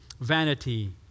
Vanity